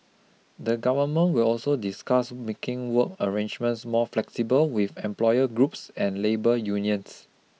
the Government will also discuss making work arrangements more flexible with employer groups and labour unions